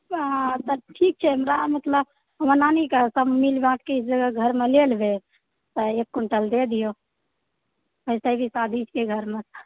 ठीक छै हमरा मतलब हमर नानीकेँ सब मिल बाँटके जाहिसे घरमे लए लेबै तऽ एक क्विंटल दऽ दियौ वैसे भी शादी छियै घरमे